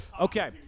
Okay